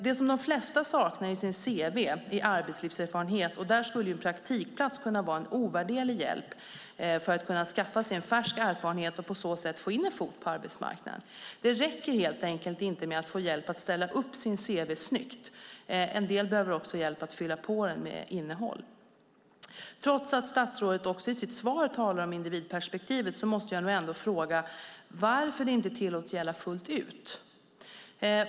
Det som de flesta saknar i sin cv är arbetslivserfarenhet, och där skulle en praktikplats kunna vara en ovärderlig hjälp för att man ska kunna skaffa sig en färsk erfarenhet och på så sätt få in en fot på arbetsmarknaden. Det räcker helt enkelt inte med att få hjälp att ställa upp sin cv snyggt; en del behöver också hjälp med att fylla på den med innehåll. Trots att statsrådet i sitt svar talar om individperspektivet måste jag nog ändå fråga varför det inte tillåts gälla fullt ut.